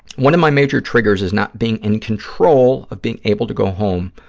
one of my major triggers is not being in control of being able to go home,